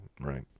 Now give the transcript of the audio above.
right